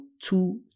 two